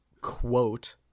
quote